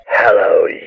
Hello